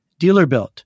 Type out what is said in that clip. dealerbuilt